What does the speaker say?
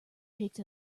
picked